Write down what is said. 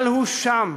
אבל הוא שם,